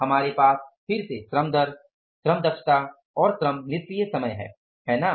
हमारे पास फिर से श्रम दर श्रम दक्षता और श्रम निष्क्रिय समय है है ना